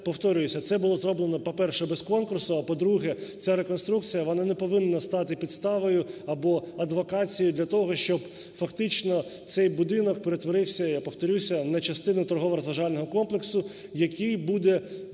це було зроблено, по-перше, без конкурсу. А, по-друге, ця реконструкція, вона не повинна стати підставою або адвокацією для того, щоб фактично цей будинок перетворився, я повторюся, на частину торгово-розважального комплексу, який буде, потім